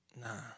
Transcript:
nah